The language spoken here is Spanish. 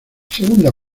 segunda